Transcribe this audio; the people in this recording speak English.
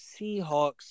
Seahawks